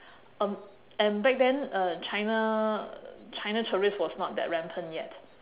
um and back then uh china china tourist was not that rampant yet